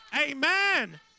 Amen